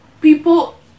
people